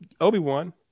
Obi-Wan